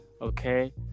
Okay